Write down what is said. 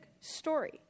story